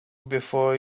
before